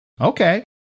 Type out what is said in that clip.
Okay